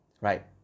right